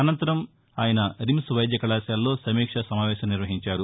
అసంతరం ఆయన రిమ్స్ వైద్య కళాశాలలో సమీక్ష సమావేశం నిర్వహించారు